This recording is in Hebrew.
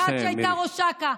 כאחת שהייתה ראש אכ"א,